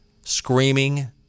screaming